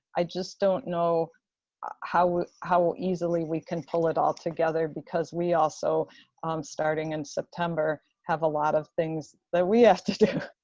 i just don't know how how easily we can pull it all together because we also starting in september have a lot of things that we have to do